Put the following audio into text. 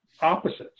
opposites